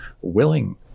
willing